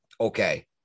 okay